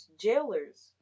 jailers